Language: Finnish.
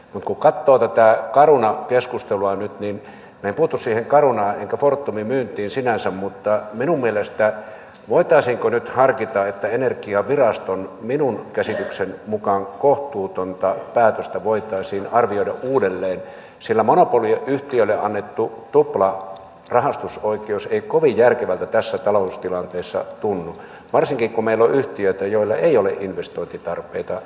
mutta kun katsoo tätä caruna keskustelua nyt niin minä en puutu siihen carunaan enkä fortumin myyntiin sinänsä mutta voitaisiinko nyt harkita että energiaviraston minun käsitykseni mukaan kohtuutonta päätöstä voitaisiin arvioida uudelleen sillä monopoliyhtiöille annettu tuplarahastusoikeus ei kovin järkevältä tässä taloustilanteessa tunnu varsinkaan kun meillä on yhtiöitä joilla ei ole investointitarpeita